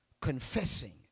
confessing